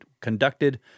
conducted